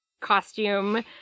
costume